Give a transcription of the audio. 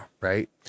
right